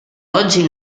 oggi